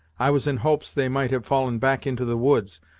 i was in hopes they might have fallen back into the woods,